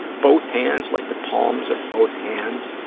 both hands, like the palms of both hands,